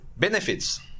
Benefits